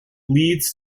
leads